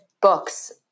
books